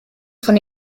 von